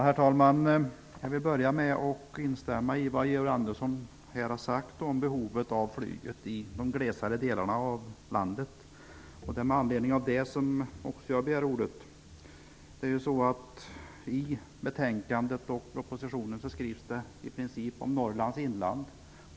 Herr talman! Jag vill börja med att instämma i vad Georg Andersson här har sagt om behovet av flyget i de glesare delarna av landet. Det är med anledning av det som jag också begärt ordet. I betänkandet och propositionen skrivs det i princip om Norrlands inland.